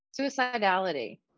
suicidality